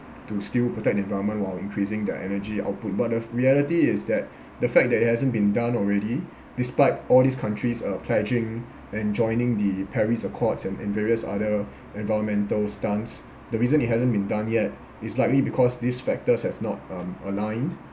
to still protect the environment while increasing their energy output but the reality is that the fact that it hasn't been done already despite all these countries uh pledging and joining the paris accord and and various other environmental stance the reason it hasn't been done yet it's likely because these factors have not um aligned